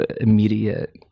immediate